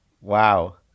Wow